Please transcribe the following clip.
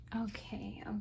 Okay